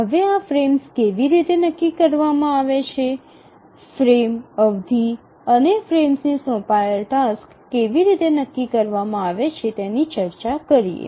હવે આ ફ્રેમ્સ કેવી રીતે નક્કી કરવામાં આવે છે ફ્રેમ અવધિ અને ફ્રેમ્સને સોંપાયેલ ટાસક્સ કેવી રીતે નક્કી કરવામાં આવે છે તેની ચર્ચા કરીએ